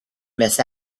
miss